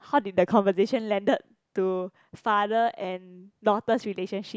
how did the conversation landed to father and daughter's relationship